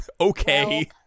okay